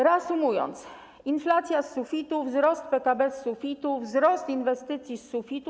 Reasumując, inflacja z sufitu, wzrost PKB z sufitu, wzrost inwestycji z sufitu.